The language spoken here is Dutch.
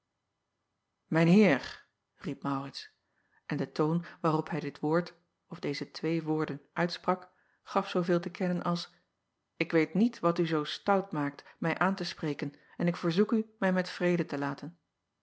eer riep aurits en de toon waarop hij dit woord of deze twee woorden uitsprak gaf zooveel te kennen als ik weet niet wat u zoo stout maakt mij aan te spreken en ik verzoek u mij met vrede te laten